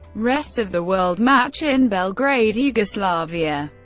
rest of the world match in belgrade, yugoslavia,